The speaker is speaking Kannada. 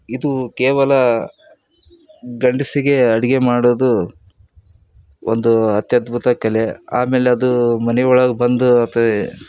ಇದು ಕೇವಲ ಗಂಡಸಿಗೆ ಅಡುಗೆ ಮಾಡೋದು ಒಂದು ಅತ್ಯದ್ಭುತ ಕಲೆ ಆಮೇಲೆ ಅದು ಮನೆ ಒಳಗೆ ಬಂದು ತ